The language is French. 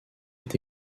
est